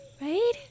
right